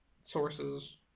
sources